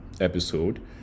episode